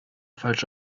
falsch